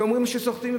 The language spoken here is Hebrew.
שאומרים שסוחטים,